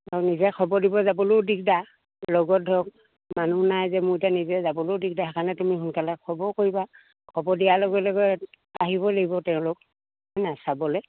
আৰু নিজে খবৰ দিব যাবলৈও দিগদাৰ লগত ধৰক মানুহ নাই যে মোৰ এতিয়া নিজে যাবলেও দিগদাৰ সেইকাৰণে তুমি সোনকালে খবৰ কৰিবা খবৰ দিয়াৰ লগে লগে আহিব লাগিব তেওঁলোক হয় নাই চাবলে